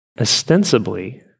ostensibly